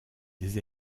des